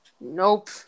Nope